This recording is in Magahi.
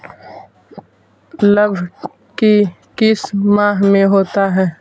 लव की किस माह में होता है?